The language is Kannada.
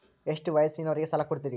ಎಷ್ಟ ವಯಸ್ಸಿನವರಿಗೆ ಸಾಲ ಕೊಡ್ತಿರಿ?